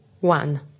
one